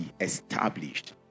established